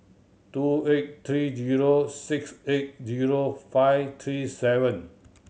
two eight three zero six eight zero five three seven